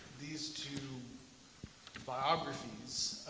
these two biographies,